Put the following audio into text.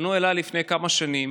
פנו אליי לפני כמה שנים